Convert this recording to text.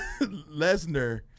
Lesnar